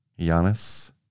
Giannis